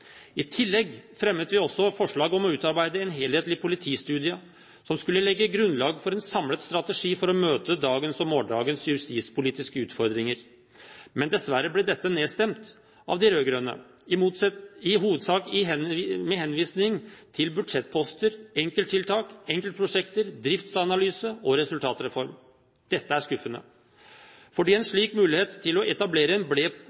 I tillegg fremmet vi også forslag om å utarbeide en helhetlig politistudie som skulle legge grunnlag for en samlet strategi for å møte dagens og morgendagens justispolitiske utfordring. Men dessverre ble dette nedstemt av de rød-grønne, i hovedsak med henvisning til budsjettposter, enkelttiltak, enkeltprosjekter, driftsanalyse og resultatreform. Dette er skuffende fordi en slik mulighet til å etablere en